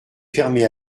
fermé